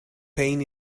pain